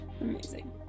amazing